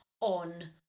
on